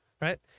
right